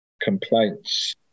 complaints